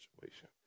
situation